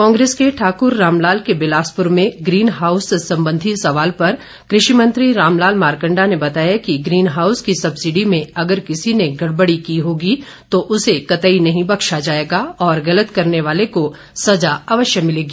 कांग्रेस के ठाक्र रामलाल के बिलासपुर में ग्रीन हाउस संबंधी सवाल पर कृषि मंत्री रामलाल मारकण्डा ने बताया कि ग्रीन हाउस की सब्सिडी में अगर किसी ने गड़बड़ी की होगी तो उसे कतई नहीं बख्शा जाएगा और गलत करने वाले को सजा अवश्य मिलेगी